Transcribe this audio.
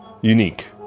unique